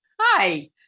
Hi